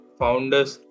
founders